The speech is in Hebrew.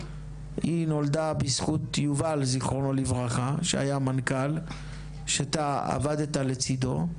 היא נולדה בזכות יובל זכרונו לברכה שהיה המנכ"ל שאתה עבדת לצידו,